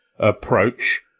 approach